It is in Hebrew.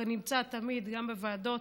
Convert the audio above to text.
נמצא תמיד גם בוועדות,